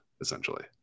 essentially